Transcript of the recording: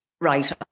right